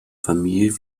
familie